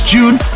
June